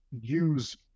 use